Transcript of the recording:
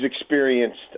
experienced